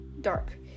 dark